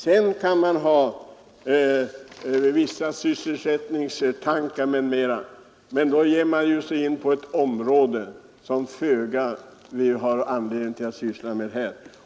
Sedan kan man ha synpunkter på sysselsättningen m.m., men tar vi upp den saken kommer vi in på ett område som vi har föga anledning att syssla med här.